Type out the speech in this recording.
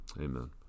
Amen